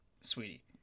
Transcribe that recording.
sweetie